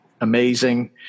amazing